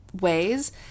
ways